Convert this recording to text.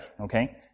okay